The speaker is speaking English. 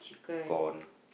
corn